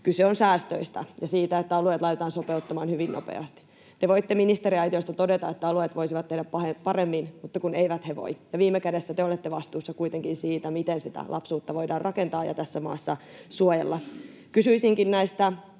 Kyse on säästöistä ja siitä, että alueet laitetaan sopeuttamaan hyvin nopeasti. Te voitte ministeriaitiosta todeta, että alueet voisivat tehdä paremmin, mutta kun eivät ne voi, ja viime kädessä te olette kuitenkin vastuussa siitä, miten sitä lapsuutta voidaan rakentaa ja tässä maassa suojella. Kysyisinkin